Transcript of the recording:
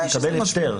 יקבל היתר.